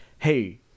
hey